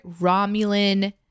Romulan